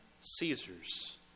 Caesar's